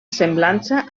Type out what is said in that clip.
semblança